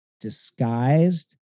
disguised